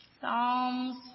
Psalms